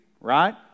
right